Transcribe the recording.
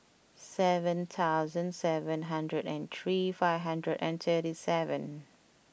seven thousand seven hundred and three five hundred and thirty seven